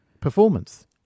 Performance